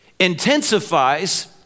intensifies